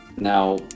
Now